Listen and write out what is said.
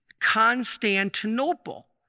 constantinople